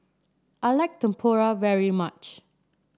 I like Tempura very much